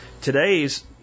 today's